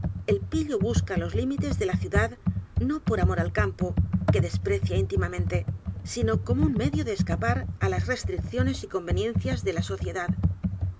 el pillo busca los límites de la ciudad no por amor al campo que desprecia íntimanente sino como un medio de escapar á las restricciones y conveniencias de la sociedad